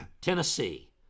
Tennessee